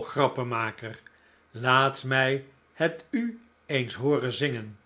grappenmaker laat mij het u eens hooren zingen